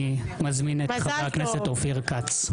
אני מזמין את חבר הכנסת אופיר כץ.